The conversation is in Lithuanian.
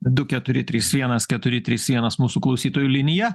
du keturi trys vienas keturi trys vienas mūsų klausytojų linija